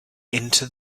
into